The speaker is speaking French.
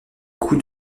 coups